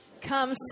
Come